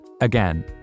Again